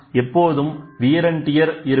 ஆனால் எப்போதும் வியர் மற்றும் டியர் இருக்கும்